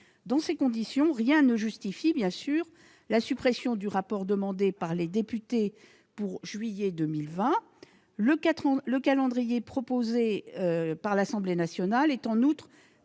Dans ces conditions, rien ne justifie la suppression du rapport demandé par les députés pour juillet 2020. Le calendrier proposé par l'Assemblée nationale est en outre